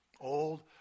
old